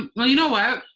um ah you know what,